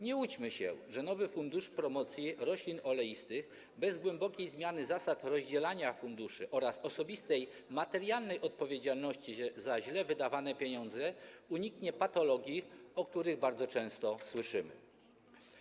Nie łudźmy się, że nowy Fundusz Promocji Roślin Oleistych bez głębokiej zmiany zasad rozdzielania funduszy oraz osobistej, materialnej odpowiedzialności za źle wydawane pieniądze uniknie patologii, o których bardzo często słyszymy.